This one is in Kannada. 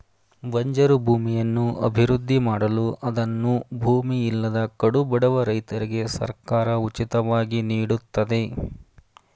ಬಂಜರು ಭೂಮಿಯನ್ನು ಅಭಿವೃದ್ಧಿ ಮಾಡಲು ಅದನ್ನು ಭೂಮಿ ಇಲ್ಲದ ಕಡುಬಡವ ರೈತರಿಗೆ ಸರ್ಕಾರ ಉಚಿತವಾಗಿ ನೀಡುತ್ತದೆ